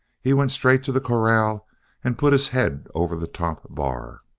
he went straight to the corral and put his head over the top bar.